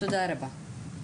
תודה רבה.